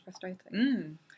frustrating